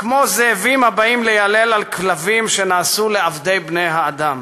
כמו זאבים הבאים ליילל על כלבים / שנעשו לעבדי בני-האדם".